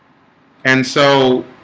and so